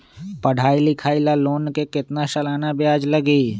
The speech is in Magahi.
पढाई लिखाई ला लोन के कितना सालाना ब्याज लगी?